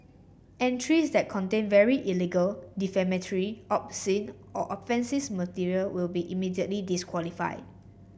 entries that contain very illegal defamatory obscene or offences material will be immediately disqualified